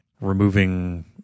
removing